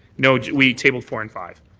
no, we tabled four and five.